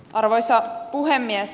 arvoisa puhemies